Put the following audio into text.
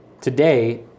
today